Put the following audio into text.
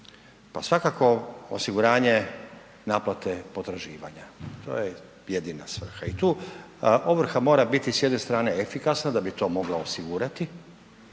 Pa svakako osiguranje naplate potraživanja, to je jedina svrha i tu ovrha mora biti s jedne strane efikasna da bi to mogla osigurati,